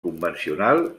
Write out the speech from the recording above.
convencional